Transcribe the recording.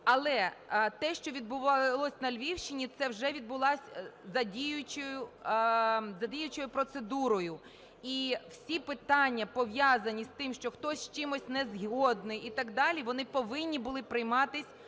Але те, що відбувалось на Львівщині, це вже відбулося за діючою процедурою і всі питання, пов'язані з тим, що хтось з чимось не згоден і так далі, вони повинні були прийматись